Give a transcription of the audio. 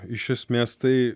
iš esmės tai